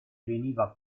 veniva